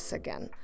again